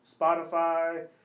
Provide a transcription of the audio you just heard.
Spotify